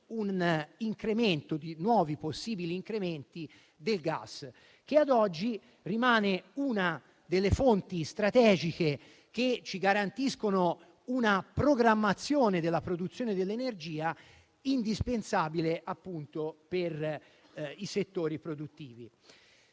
gli effetti di nuovi possibili incrementi del costo del gas, che ad oggi rimane una delle fonti strategiche che ci garantiscono una programmazione della produzione dell'energia indispensabile per i settori produttivi.